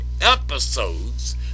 episodes